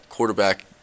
quarterback